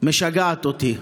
משגעת אותי: